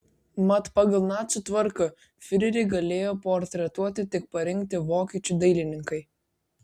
mat pagal nacių tvarką fiurerį galėjo portretuoti tik parinkti vokiečių dailininkai